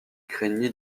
craignit